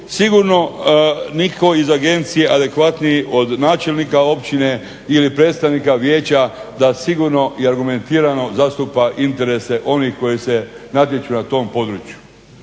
sigurno nitko iz agencije adekvatniji od načelnika općine ili predstavnika vijeća da sigurno i argumentirano zastupa interese onih koji se natječu na tom području.